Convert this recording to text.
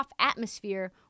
atmosphere